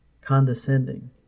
Condescending